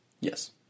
Yes